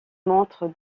montre